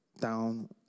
down